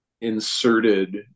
inserted